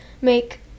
make